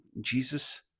Jesus